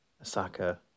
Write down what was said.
Osaka